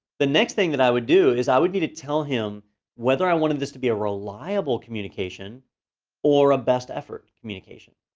the next thing that i would do is i would need to tell him whether i wanted this to be a reliable communication or a best effort communication.